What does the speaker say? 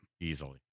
easily